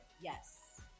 Yes